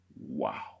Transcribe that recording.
Wow